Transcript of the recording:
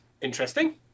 interesting